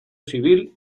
civil